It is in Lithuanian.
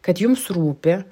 kad jums rūpi